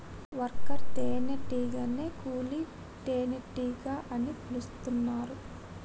worker తేనే టీగనే కూలీ తేనెటీగ అని పిలుతున్నరు